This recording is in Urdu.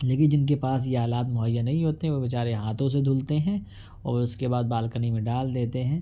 لیکن جن کے پاس یہ آلات مہیا نہیں ہوتے ہیں وہ بے چارے ہاتھوں سے دھلتے ہیں اور اس کے بعد بالکنی میں ڈال دیتے ہیں